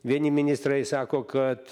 vieni ministrai sako kad